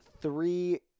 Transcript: three